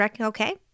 Okay